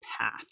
path